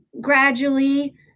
gradually